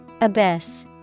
Abyss